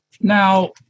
Now